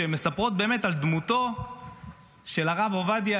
שמספרת על דמותו של הרב עובדיה,